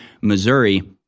Missouri